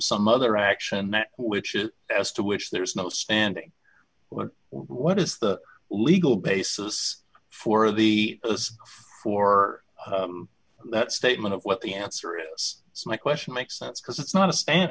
some other action which is as to which there is no standing what what is the legal basis for the for that statement of what the answer is yes my question makes sense because it's not a stand